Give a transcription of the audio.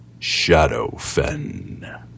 Shadowfen